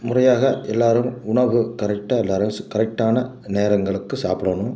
முறையாக எல்லாரும் உணவு கரெக்டாக எல்லாரும் கரெக்டான நேரங்களுக்கு சாப்பிடணும்